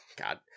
God